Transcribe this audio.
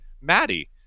Maddie